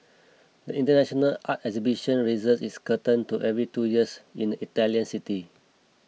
the international art exhibition raises its curtain to every two years in the Italian city